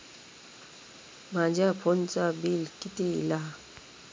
माझ्या फोनचा बिल किती इला?